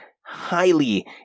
highly